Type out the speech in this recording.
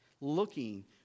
looking